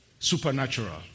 supernatural